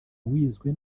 wizwe